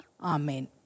Amen